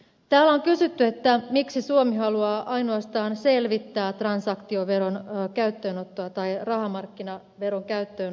täällä on kysytty miksi suomi haluaa ainoastaan selvittää transaktioveron käyttöönottoa tai rahamarkkinaveron käyttöönottoa